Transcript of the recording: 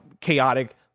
chaotic